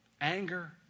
anger